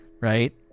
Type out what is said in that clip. right